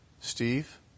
Steve